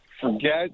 forget